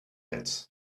pits